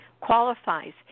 qualifies